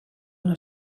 una